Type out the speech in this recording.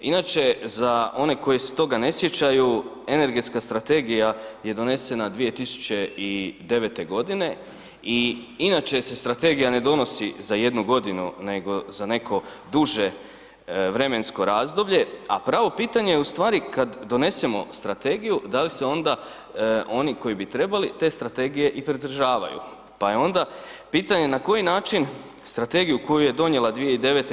Inače za one koje se toga ne sjećaju, energetska strategija je donesena 2009. g. i inače se strategija ne donosi za jednu godinu nego za neko duže vremensko razdoblje a pravo pitanje je ustvari kad donesemo strategiju, da li se onda oni koji bi trebali, te strategije i pridržavaju pa je onda pitanje na koji način strategiju koju je donijela 2009.